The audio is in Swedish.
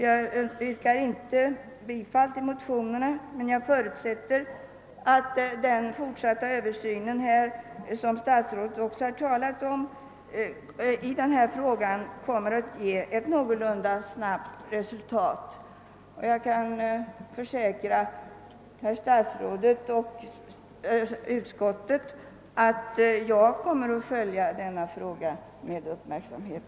Jag yrkar inte bifall till motionerna men jag förutsätter att den fortsatta översyn som statsrådet har talat om kommer att ge resultat någorlunda snart. Jag kan försäkra herr statsrådet och utskottet att jag kommer att följa denna fråga med uppmärksamhet.